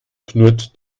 knurrt